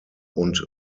und